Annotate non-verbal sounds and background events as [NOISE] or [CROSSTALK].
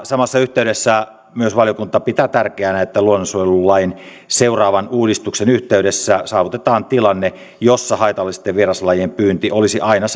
samassa yhteydessä valiokunta pitää myös tärkeänä että luonnonsuojelulain seuraavan uudistuksen yhteydessä saavutetaan tilanne jossa haitallisten vieraslajien pyynti olisi aina [UNINTELLIGIBLE]